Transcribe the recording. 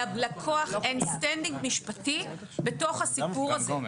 ללקוח אין standing משפטי בתוך הסיפור הזה.